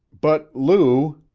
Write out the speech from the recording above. but lou!